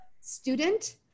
student